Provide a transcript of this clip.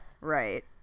right